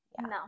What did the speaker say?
No